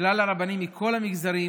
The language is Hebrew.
וכלל הרבנים מכל המגזרים